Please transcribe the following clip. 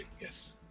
Yes